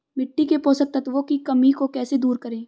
मिट्टी के पोषक तत्वों की कमी को कैसे दूर करें?